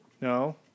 No